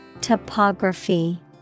Topography